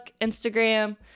Instagram